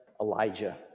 Elijah